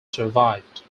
survived